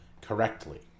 correctly